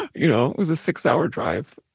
it you know was a six-hour drive.